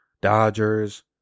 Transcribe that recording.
Dodgers